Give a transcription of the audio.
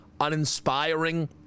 uninspiring